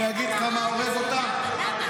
אני חשבתי לעצמי, אני חשבתי לעצמי, שמעת,